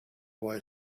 boy